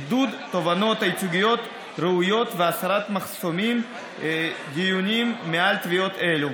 עידוד תובענות ייצוגיות ראויות והסרת מחסומים דיוניים מעל תביעות אלו.